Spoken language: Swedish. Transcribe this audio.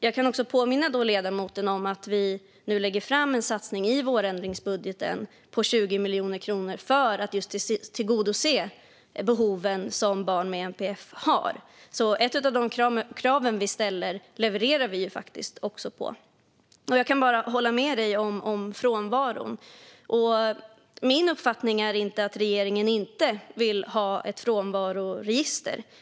Jag kan också påminna ledamoten om att vi nu lägger fram en satsning i vårändringsbudgeten på 20 miljoner kronor just för att tillgodose behoven som barn med NPF har. Ett av de krav ni ställer levererar vi faktiskt redan på. När det gäller frånvaron kan jag bara hålla med dig. Min uppfattning är inte att regeringen inte vill ha ett frånvaroregister.